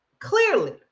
clearly